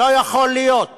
לא יכול להיות